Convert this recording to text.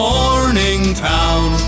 Morningtown